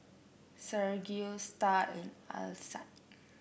Sergio Star and Alcide